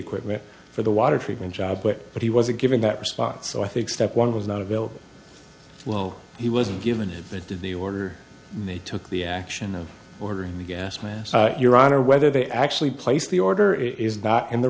equipment for the water treatment job but he wasn't given that response so i think step one was not available well he wasn't given that did the order they took the action of ordering the gas mask your honor whether they actually placed the order is not in the